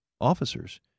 officers